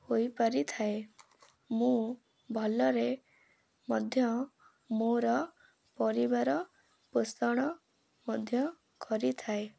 ହୋଇପାରିଥାଏ ମୁଁ ଭଲରେ ମଧ୍ୟ ମୋର ପରିବାର ପୋଷଣ ମଧ୍ୟ କରିଥାଏ